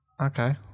Okay